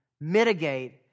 mitigate